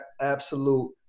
absolute